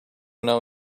know